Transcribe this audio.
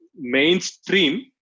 mainstream